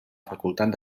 facultat